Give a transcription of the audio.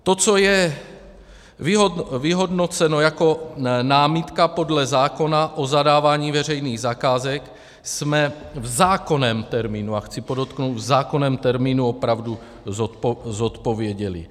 To, co je vyhodnoceno jako námitka podle zákona o zadávání veřejných zakázek, jsme v zákonném termínu a chci podotknout, v zákonném termínu opravdu zodpověděli.